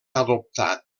adoptar